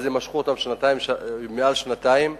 ואז הם משכו אותם מעל שנתיים.